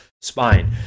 spine